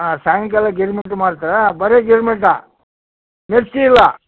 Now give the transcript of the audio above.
ಹಾಂ ಸಾಯಂಕಾಲ ಲ ಗಿರ್ಮಿಟ್ ಮಾಡ್ತೀರಾ ಬರಿ ಗಿರ್ಮಿಟ್ಟ ಮಿರ್ಚಿ ಇಲ್ಲ